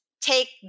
take